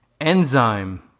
Enzyme